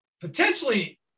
potentially